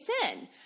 sin